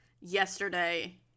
yesterday